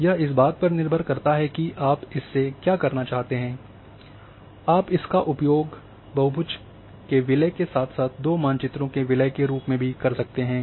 यह इस बात पर निर्भर करता है कि आप इससे क्या करना चाहते हैं आप इसका इसका उपयोग बहुभजों के विलय के साथ साथ दो मानचित्रों के विलय के रूप में भी कर सकते हैं